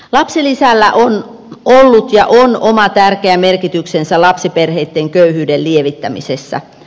lapsilisällä on ollut ja on oma tärkeä merkityksensä lapsiperheitten köyhyyden lievittämisessä